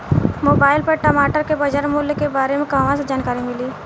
Mobile पर टमाटर के बजार मूल्य के बारे मे कहवा से जानकारी मिली?